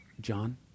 John